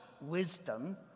wisdom